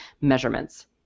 measurements